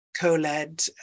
co-led